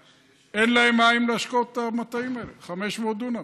אין להם מים להשקות את המטעים האלה, 500 דונם.